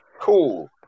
Cool